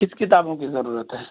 کس کتابوں کی ضرورت ہے